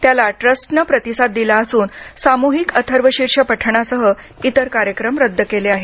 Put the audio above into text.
त्याला ट्रस्टनं प्रतिसाद दिला असून सामूहिक अथर्वशीर्ष पठाणासह इतर कार्यक्रम रद्द केले आहेत